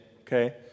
okay